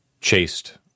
chased